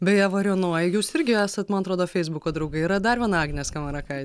beje varėnoj jūs irgi esat man atrodo feisbuko draugai yra dar viena agnė skamarakaitė